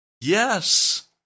Yes